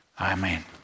Amen